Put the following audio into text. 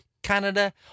Canada